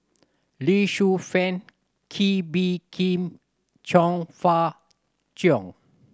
Lee Shu Fen Kee Bee Khim Chong Fah Cheong